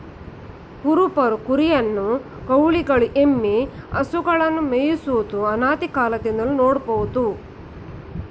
ಕುರುಬರು ಕುರಿಯನ್ನು, ಗೌಳಿಗಳು ಎಮ್ಮೆ, ಹಸುಗಳನ್ನು ಮೇಯಿಸುವುದು ಅನಾದಿಕಾಲದಿಂದಲೂ ನೋಡ್ಬೋದು